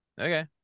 Okay